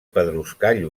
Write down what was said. pedruscall